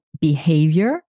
behavior